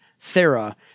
Thera